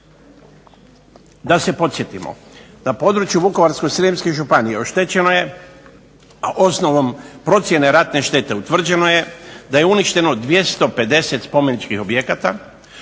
Da se podsjetimo. Na području Vukovarsko-srijemske županije oštećeno je osnovom procjene ratne štete utvrđeno je da je uništeno 250 spomeničkih objekata,